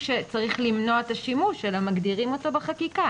שצריך למנוע את השימוש אלא מגדירים אותו בחקיקה.